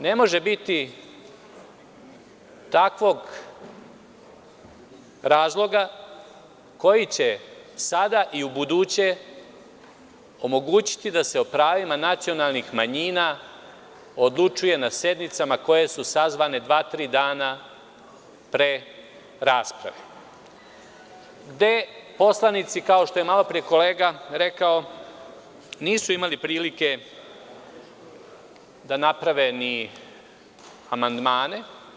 Ne može biti takvog razloga koji će sada i ubuduće omogućiti da se o pravima nacionalnih manjina odlučuje na sednicama koje su sazvane dva, tri dana pre rasprave, gde poslanici, kao što je malopre kolega rekao, nisu imali prilike da naprave ni amandmane.